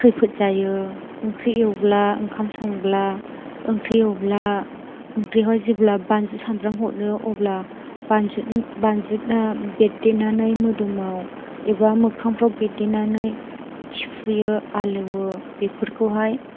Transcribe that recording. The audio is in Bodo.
खैफोद जायो ओंख्रि एवब्ला ओंखाम संब्ला ओंख्रि एवब्ला ओंख्रियाव जेब्ला बानलु सामब्राम हरनो अब्ला बानलुआ बेरदेरनानै मोदोमाव एबा मोखांफ्राव बेरदेरनानै थिफुयो आलौयो बेफोरखौहाय